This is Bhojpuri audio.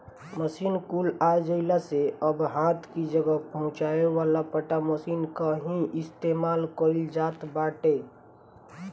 मशीन कुल आ जइला से अब हाथ कि जगह पहुंचावे वाला पट्टा मशीन कअ ही इस्तेमाल कइल जात बाटे